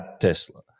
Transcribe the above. Tesla